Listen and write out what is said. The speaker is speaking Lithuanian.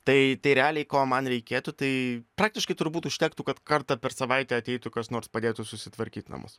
tai tai realiai ko man reikėtų tai praktiškai turbūt užtektų kad kartą per savaitę ateitų kas nors padėtų susitvarkyt namus